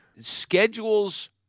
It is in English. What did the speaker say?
Schedules